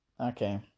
Okay